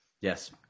yes